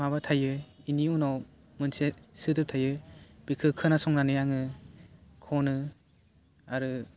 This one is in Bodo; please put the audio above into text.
माबा थायो बिनि उनाव मोनसे सोदोब थायो बेखौ खोनासंनानै आङो खनो आरो